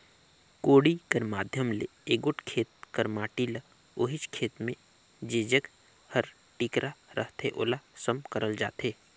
कोड़ी कर माध्यम ले एगोट खेत कर माटी ल ओहिच खेत मे जेजग हर टिकरा रहथे ओला सम करल जाथे